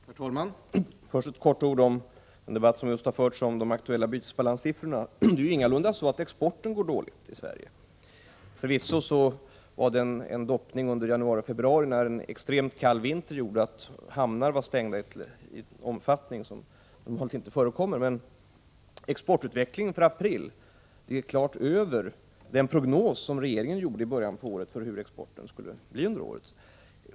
Herr talman! Först några ord om den debatt som just har förts om de aktuella bytesbalanssiffrorna. Det är ingalunda så att exporten går dåligt för Sverige. Förvisso skedde det en ”doppning” under januari och februari, när den extremt kalla vintern gjorde att hamnar var stängda i en omfattning som inte är normal. Exportutvecklingen under april var klart bättre än vad regeringen förutsåg i den prognos som gjordes i början av året för hur exporten skulle bli i år.